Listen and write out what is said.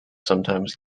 sometimes